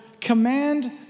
command